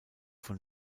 von